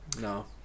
No